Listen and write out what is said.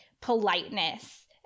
politeness